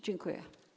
Dziękuję.